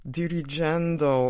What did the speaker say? dirigendo